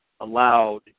allowed